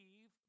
leave